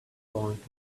point